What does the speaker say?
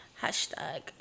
Hashtag